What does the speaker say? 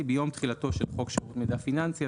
- ביום תחילתו של חוק שירות מידע פיננסי,